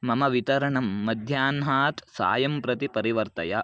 मम वितरणं मध्याह्नात् सायं प्रति परिवर्तय